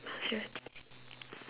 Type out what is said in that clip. maserati